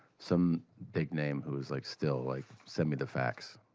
some big name who's like still like, send me the fax.